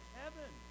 heaven